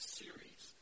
series